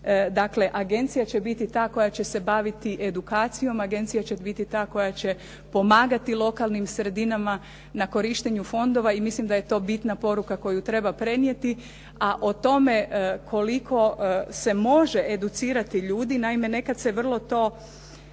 Dakle, agencija će biti ta koja će se baviti edukacijom. Agencija će biti ta koja će pomagati lokalnim sredinama na korištenju fondova i mislim da je to bitna poruka koju treba prenijeti, a o tome koliko se može educirati ljudi. Naime, nekad se vrlo to